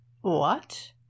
What